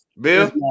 Bill